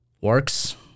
works